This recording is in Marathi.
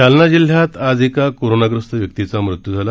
जालना जिल्ह्यात आज एका कोरोनाग्रस्त व्यक्तीचा मृत्यू झाला